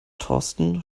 thorsten